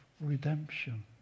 redemption